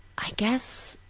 i guess